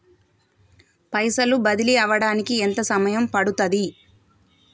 పైసలు బదిలీ అవడానికి ఎంత సమయం పడుతది?